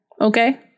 Okay